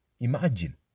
Imagine